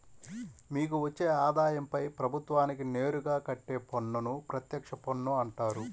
మీకు వచ్చే ఆదాయంపై ప్రభుత్వానికి నేరుగా కట్టే పన్నును ప్రత్యక్ష పన్ను అంటారు